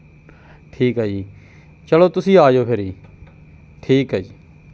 ਠੀਕ ਆ ਜੀ ਚਲੋ ਤੁਸੀਂ ਆ ਜਾਉ ਫਿਰ ਜੀ ਠੀਕ ਹੈ ਜੀ